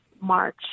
March